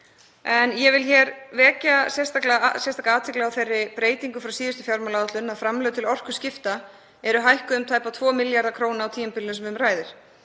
en ég vil vekja sérstaka athygli á þeirri breytingu frá síðustu fjármálaáætlun að framlög til orkuskipta eru hækkuð um tæpa 2 milljarða kr. á tímabilinu sem um ræðir,